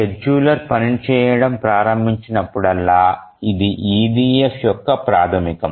scheduler పనిచేయడం ప్రారంభించినప్పుడల్లా ఇది EDF యొక్క ప్రాథమికం